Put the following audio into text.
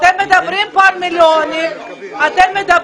אתם מדברים כאן על מיליוני שקלים,